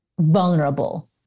vulnerable